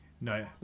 No